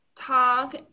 talk